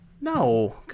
No